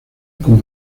con